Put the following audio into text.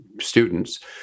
students